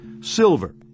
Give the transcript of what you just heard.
silver